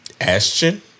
Ashton